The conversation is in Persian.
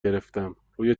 گرفتم، روی